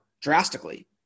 drastically